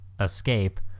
escape